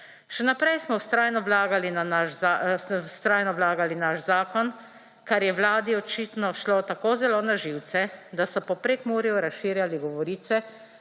Še naprej smo vztrajno vlagali naš zakon, kar je vladi očitno šlo tako zelo na živce, da so po Prekmurju razširjali govorice,